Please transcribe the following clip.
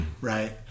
Right